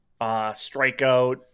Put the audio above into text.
strikeout